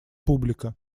публика